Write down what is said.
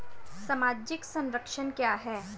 सामाजिक संरक्षण क्या है?